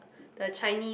the Chinese